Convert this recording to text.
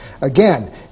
Again